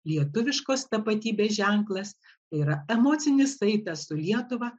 lietuviškos tapatybės ženklas yra emocinis saitas su lietuva